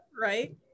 Right